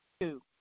Two